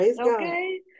Okay